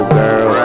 girl